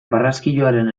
barraskiloaren